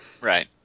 Right